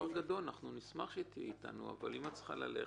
אני צריכה ללכת.